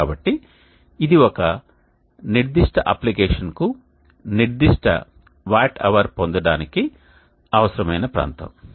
కాబట్టి ఇది ఒక నిర్దిష్ట అప్లికేషన్కు నిర్దిష్ట వాట్ అవర్ పొందటానికి అవసరమైన ప్రాంతం